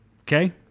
Okay